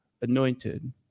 anointed